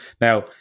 Now